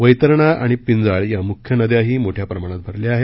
वैतरणा आणि पिंजाळ या मुख्य नद्या ही मोठ्याप्रमाणात भरल्या आहेत